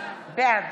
בעד